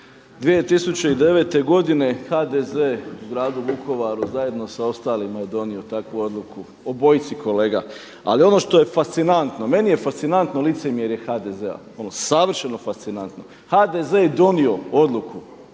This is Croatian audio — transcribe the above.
2009. godine HDZ u Gradu Vukovaru zajedno sa ostalima je donio takvu odluku obojici kolega. Ali ono što je fascinantno meni je fascinantno licemjerje HDZ-a, ono savršeno fascinantno. HDZ je donio odluku